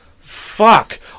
Fuck